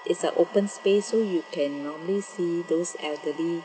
and it's uh open space so you can normally see those elderly